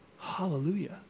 Hallelujah